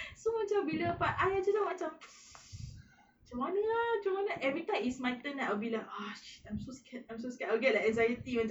so macam bila part I jer macam macam mana ah macam mana ah everytime is my turn I will be like ah shit I'm so scared I'm so scared I will get like anxiety macam